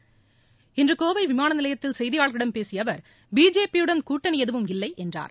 தலைவருமான இன்று கோவை விமான நிலையத்தில் செய்தியாளர்களிடம் பேசிய அவர் பிஜேபியுடன் கூட்டணி எதுவும் இல்லை என்றார்